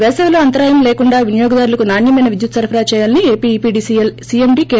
వేసవిలో అంతరాయం లేకుండా వినియోగదారులకు నాణ్యమైన విద్యుత్ సరఫరా చేయాలని ఏపిఈపిడీసీఎల్ సీఎండీ కె